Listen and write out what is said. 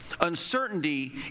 uncertainty